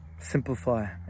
simplify